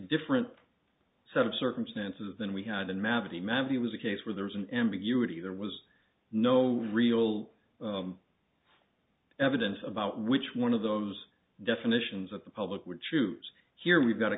different set of circumstances than we had in mabini memory it was a case where there was an ambiguity there was no real evidence about which one of those definitions of the public would choose here we've got a